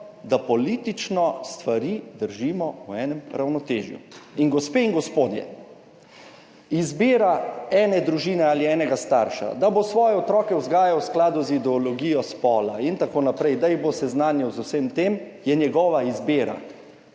da politično stvari držimo v enem ravnotežju. Gospe in gospodje, izbira ene družine ali enega starša, da bo svoje otroke vzgajal v skladu z ideologijo spola in tako naprej, da jih bo seznanil z vsem tem, je njegova izbira.